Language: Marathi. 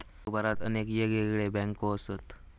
जगभरात अनेक येगयेगळे बँको असत